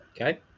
Okay